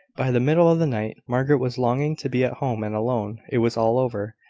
by the middle of the night, margaret was longing to be at home and alone. it was all over.